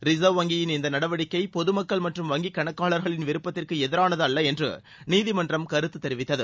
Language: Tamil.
ரிசர்வ் வங்கியின் இந்த நடவடிக்கை பொது மக்கள் மற்றும் வங்கிக் கணக்காளர்களின் விருப்பத்திற்கு எதிரானது அல்ல என்று நீதிமன்றம் கருத்து தெரிவித்தது